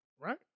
Right